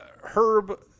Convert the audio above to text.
Herb